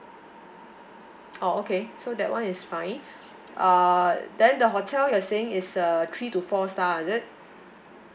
oh okay so that one is fine uh then the hotel you're saying is uh three to four star is it